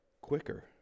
quicker